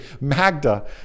Magda